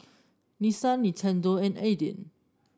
Nissan Nintendo and Aden